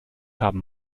haben